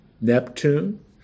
Neptune